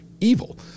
evil